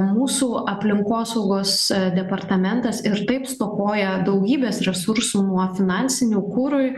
mūsų aplinkosaugos departamentas ir taip stokoja daugybės resursų nuo finansinių kurui